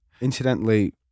Incidentally